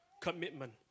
commitment